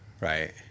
Right